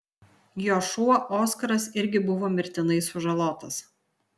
jo šuo oskaras irgi buvo mirtinai sužalotas